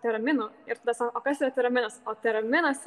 teraminu ir sako o kas yra teraminas o teraminas